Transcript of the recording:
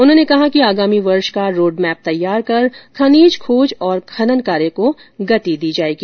उन्होंने कहा कि आगामी वर्ष का रोडमेप तैयार कर खनिज खोज और खनन कार्य को गति दी जाएगी